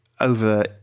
over